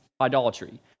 idolatry